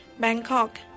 Bangkok